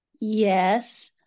yes